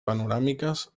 panoràmiques